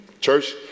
Church